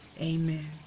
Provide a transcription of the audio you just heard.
Amen